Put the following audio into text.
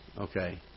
Okay